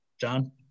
John